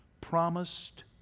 promised